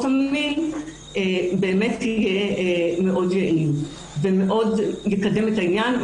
מין באמת יהיה יעיל מאוד ויקדם מאוד את העניין.